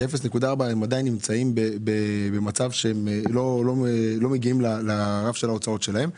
כי ב-0.4 הם עדיין נמצאים במצב שהם לא מגיעים לרף של ההוצאות שלהם.